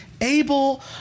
Abel